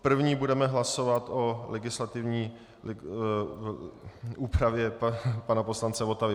První budeme hlasovat o legislativní úpravě pana poslance Votavy.